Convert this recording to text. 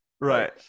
Right